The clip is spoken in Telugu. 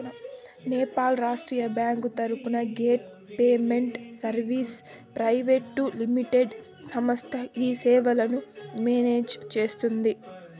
నేపాల్ రాష్ట్రీయ బ్యాంకు తరపున gate payment services private limited సంస్థ ఈ సేవలను మేనేజ్ సేస్తుందా?